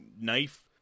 knife